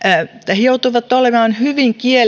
he he joutuvat olemaan hyvin kieli